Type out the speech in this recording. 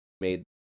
made